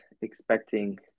expecting